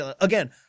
again